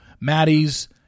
Maddie's